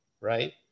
right